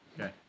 Okay